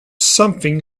something